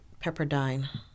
Pepperdine